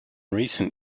recent